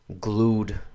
glued